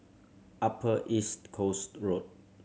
Upper East Coast Road